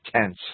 tense